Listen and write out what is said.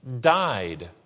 died